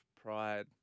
pride